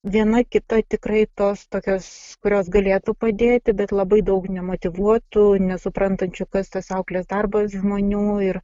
viena kita tikrai tos tokios kurios galėtų padėti bet labai daug nemotyvuotų nesuprantančių kas tas auklės darbas žmonių ir